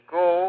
go